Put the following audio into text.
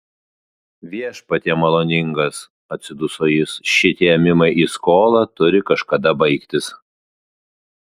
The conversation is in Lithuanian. viešpatie maloningas atsiduso jis šitie ėmimai į skolą turi kažkada baigtis